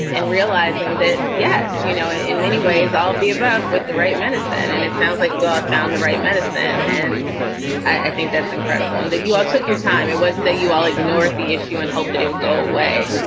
and realizing that, yes, you know, ah in many ways, all of the above with the right medicine. and it sounds like you found the right medicine. and i think that's incredible that you all took your time. it wasn't that you all ignored the issue and hope that it will go away.